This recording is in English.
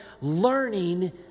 learning